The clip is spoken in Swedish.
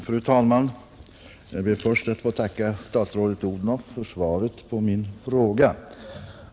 Fru talman! Jag ber att få tacka statsrådet Odhnoff för svaret på min fråga.